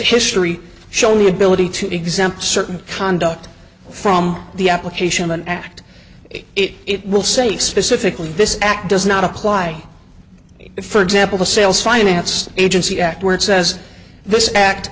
history shown the ability to exempt certain conduct from the application of an act it will say specifically this act does not apply if for example sales finance agency act where it says this act